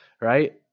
right